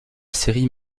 série